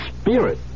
spirit